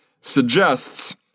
suggests